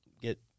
get